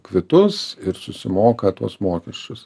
kvitus ir susimoka tuos mokesčius